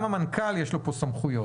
גם למנכ"ל יש כאן סמכויות.